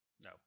No